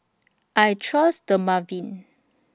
I Trust Dermaveen